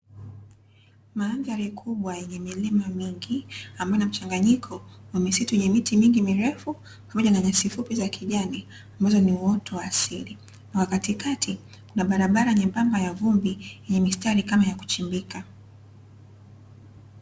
Mandhari kubwa yenye milima mingi, ambayo ina mchanganyiko wa misitu yenye miti mingi mirefu, pamoja na nyasi fupi za kijani, ambazo ni uoto wa asili. Na kwa katikati, kuna barabara nyembamba ya vumbi yenye mistari kama ya kuchimbika.